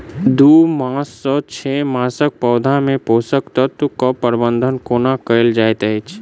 दू मास सँ छै मासक पौधा मे पोसक तत्त्व केँ प्रबंधन कोना कएल जाइत अछि?